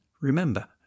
remember